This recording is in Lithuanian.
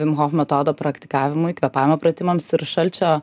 vim hof metodo praktikavimui kvėpavimo pratimams ir šalčio